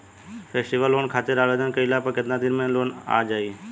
Festival loan खातिर आवेदन कईला पर केतना दिन मे लोन आ जाई?